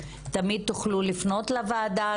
תמיד תוכלו לפנות לוועדה,